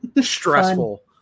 stressful